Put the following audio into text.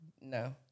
No